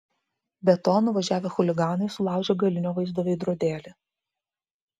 be to nuvažiavę chuliganai sulaužė galinio vaizdo veidrodėlį